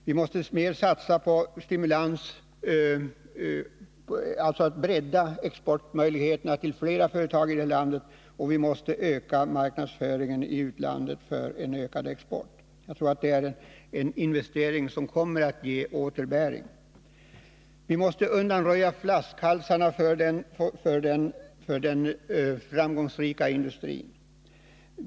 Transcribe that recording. Vi måste i ökad utsträckning satsa på att bredda exportmöjligheterna till att gälla fler företag i det här landet, och vi måste utöka marknadsföringen i utlandet för att få en ökad export. Jag tror att det är en investering som kommer att ge återbäring. Vi måste vidare undanröja flaskhalsarna för den framgångsrika industrin.